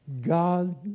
God